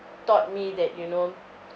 taught me that you know